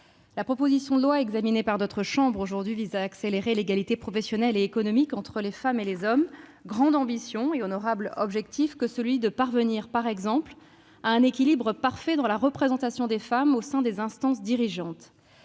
La proposition de loi examinée aujourd'hui par notre chambre vise à accélérer l'égalité professionnelle et économique entre les femmes et les hommes : c'est une grande ambition et un honorable objectif que de parvenir, par exemple, à un équilibre parfait dans la représentation des femmes au sein des instances dirigeantes.